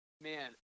Man